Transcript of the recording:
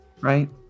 Right